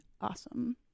awesome